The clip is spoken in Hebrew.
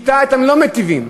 אתה אתם לא מיטיבים.